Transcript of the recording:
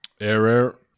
Error